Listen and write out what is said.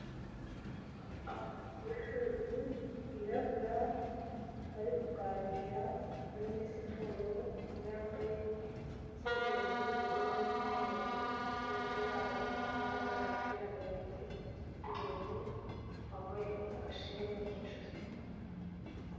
Abagore babiri birabura bari kuganira bari muri siporo, umwe yambaye itiriningi y'ubururu n'umweru n'ikote yayo, undi yambaye umupira muremure w'ubururu wambaye agashene mu ijosi.